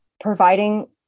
providing